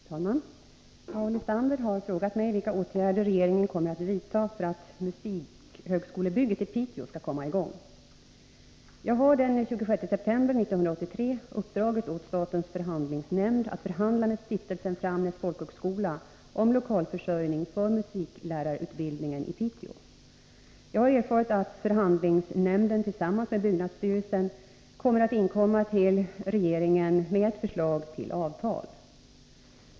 Herr talman! Paul Lestander har frågat mig vilka åtgärder regeringen kommer att vidta för att musikhögskolebygget i Piteå skall komma i gång. Jag har den 26 september 1983 uppdragit åt statens förhandlingsnämnd att förhandla med stiftelsen Framnäs folkhögskola om lokalförsörjningen för musiklärarutbildningen i Piteå. Jag har erfarit att förhandlingsnämnden tillsammans med byggnadsstyrelsen kommer att inkomma till regeringen med ett förslag till avtal.